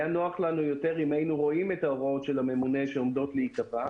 היה נוח לנו יותר אם היינו רואים את ההוראות של הממונה שעומדות להיקבע.